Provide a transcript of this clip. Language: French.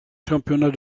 championnats